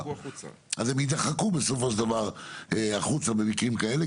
אז הם יידחו בסופו של דבר החוצה במקרים כאלה,